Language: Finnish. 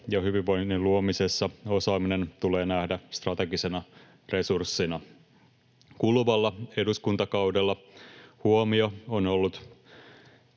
ja hyvinvoinnin luomisessa, osaaminen tulee nähdä strategisena resurssina. Kuluvalla eduskuntakaudella huomio on ollut